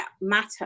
Matter